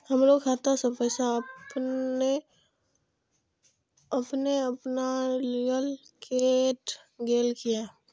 हमरो खाता से पैसा अपने अपनायल केट गेल किया?